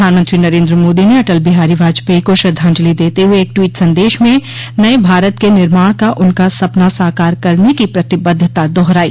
प्रधानमंत्री नरेन्द्र मोदी ने अटल बिहारी वाजपेयी को श्रद्धांजलि देते हुए एक ट्वीट संदेश में नये भारत के निर्माण का उनका सपना साकार करने की प्रतिबद्धता दोहराई